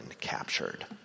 captured